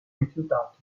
rifiutato